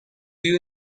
you